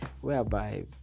whereby